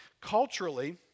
culturally